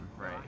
Right